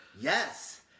Yes